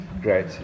great